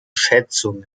schätzungen